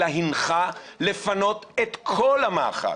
אלא הנחה לפנות את כל המאחז,